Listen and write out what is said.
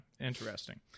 Interesting